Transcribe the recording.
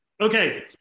Okay